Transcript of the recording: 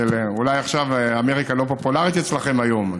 אולי עכשיו אמריקה לא פופולרית אצלכם היום,